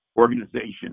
organization